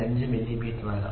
5 millimetre ആകാം